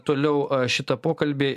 toliau šitą pokalbį